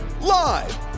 Live